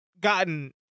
gotten